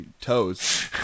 toes